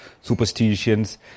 superstitions